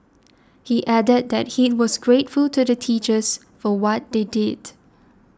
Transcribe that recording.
he added that he was grateful to the teachers for what they did